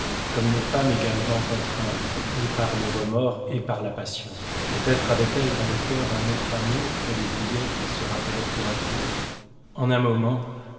comme une femme également contrainte et par le remords et par la passion peut-être avait-elle dans le cœur un autre amour qu'elle oubliait et se rappelait tour à tour en un moment